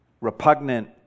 repugnant